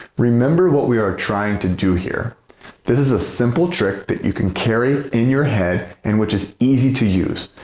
remember what we're trying to do here this is a simple trick that you can carry in your head and which is easy to use.